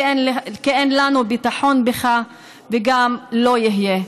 כי אין לנו ביטחון בך וגם לא יהיה,